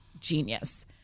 genius